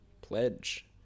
pledge